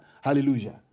Hallelujah